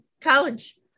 College